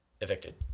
evicted